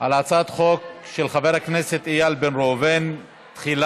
על הצעת החוק של חבר הכנסת איל בן ראובן תחילה.